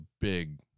big